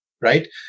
right